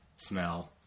smell